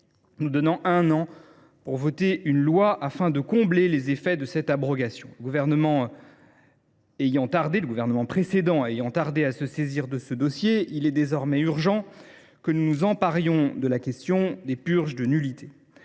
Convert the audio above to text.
nous donnant un an pour voter une loi afin de corriger les effets de cette abrogation. Le gouvernement précédent ayant tardé à se saisir de ce dossier, il est désormais urgent que nous nous emparions de la question des purges de nullité.